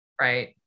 Right